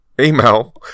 email